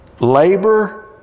labor